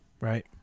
right